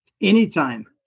Anytime